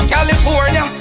California